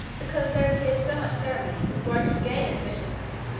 because there appeared so much ceremony before i could gain admittance.